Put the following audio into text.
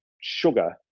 sugar